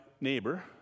neighbor